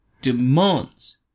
demands